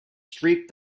streak